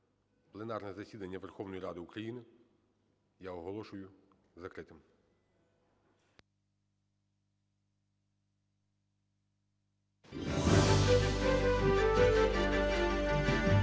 пленарне засідання Верховної Ради України я оголошую закритим.